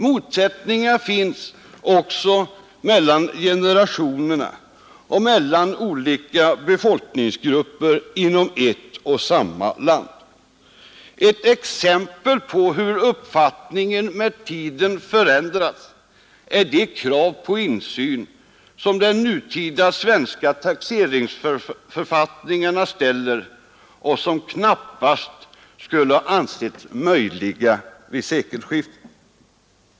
Motsättningar finns också mellan generationerna och mellan olika befolkningsgrupper inom ett och samma land. Ett exempel på hur uppfattningen med tiden förändrats är de krav på insyn som de nutida svenska taxeringsförfattningarna ställer och som knappast skulle ha ansetts möjliga vid sekelskiftet.